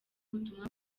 ubutumwa